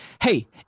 hey